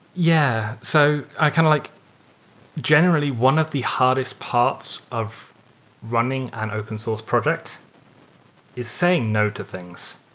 yeah. so i kind of like generally, one of the hardest parts of running an open source project is saying no to things.